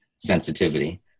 sensitivity